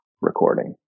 recording